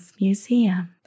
Museum